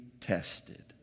tested